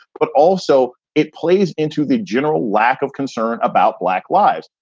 but also it plays into the general lack of concern about black lives.